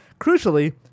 Crucially